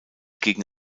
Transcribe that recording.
gegen